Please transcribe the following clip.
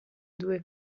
due